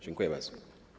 Dziękuję bardzo.